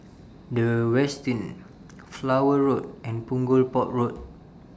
The Westin Flower Road and Punggol Port Road